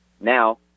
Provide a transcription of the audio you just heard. Now